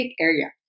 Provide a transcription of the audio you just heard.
area